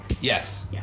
Yes